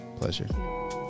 pleasure